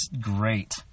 great